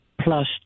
plus